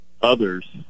Others